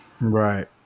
Right